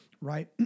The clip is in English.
Right